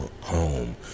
home